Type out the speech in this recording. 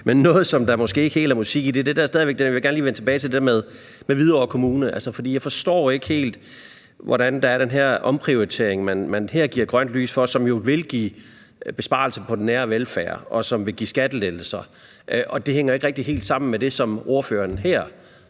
noget, som der måske ikke helt er musik i, og jeg vil gerne lige vende tilbage til det med Hvidovre Kommune. For jeg forstår ikke helt, hvordan der er den her omprioritering, man her giver grønt lys for, og som jo vil give besparelser på den nære velfærd, og som vil give skattelettelser, og det hænger ikke rigtig sammen med det, som ordføreren så her